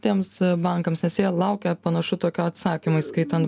tiems bankams nes jie laukia panašu tokio atsakymo įskaitant